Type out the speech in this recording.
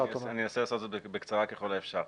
אני אנסה לעשות את זה בקצרה ככל האפשר.